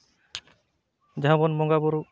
ᱡᱟᱦᱟᱸ ᱵᱚᱱ ᱵᱚᱸᱜᱟ ᱵᱩᱨᱩᱜ